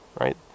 right